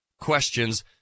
questions